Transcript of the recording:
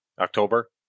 October